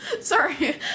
sorry